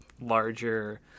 larger